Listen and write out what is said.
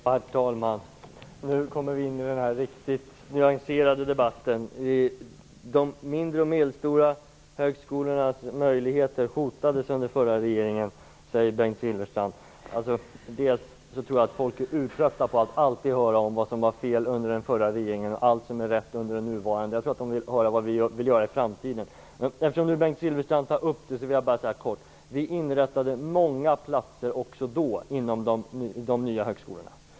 Herr talman! Nu kommer vi in i den riktigt nyanserade debatten. De mindre och medelstora högskolornas möjligheter hotades under den förra regeringen, säger Bengt Silfverstrand. Jag tror att folk är trötta på att alltid höra vad som var fel under den förra regeringen och allt som är rätt under den nuvarande. Jag tror att folk i stället vill höra vad vi vill göra i framtiden. Men eftersom Bengt Silfverstrand tar upp frågan skall jag bara göra en kort kommentar. Vi inrättade också då många platser inom de nya högskolorna.